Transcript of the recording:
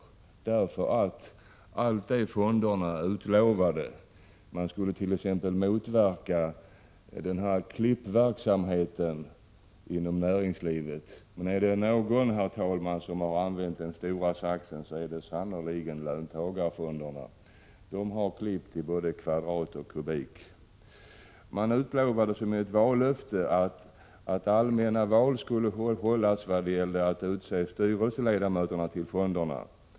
beträffändi Det är för allt det som fonderna utlovade — man skulle t.ex. motverka AT mibetröjfande löntagarfonderna ”klippverksamheten” inom näringslivet. Men är det någon, herr talman, som har använt stora saxen, är det sannerligen löntagarfonderna. De har klippt i både kvadrat och kubik. Ett vallöfte var ju att allmänna val skulle hållas när det gäller att utse styrelseledamöter till fonderna.